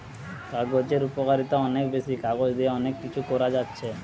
কাগজের উপকারিতা অনেক বেশি, কাগজ দিয়ে অনেক কিছু করা যাচ্ছে